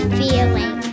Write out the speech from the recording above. feeling